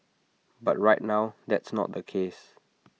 but right now that's not the case